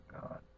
God